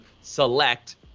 select